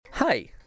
Hi